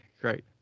great